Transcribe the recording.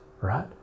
right